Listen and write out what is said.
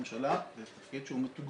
הממשלה בדרך כלל זה תפקיד שהוא מתוגמל,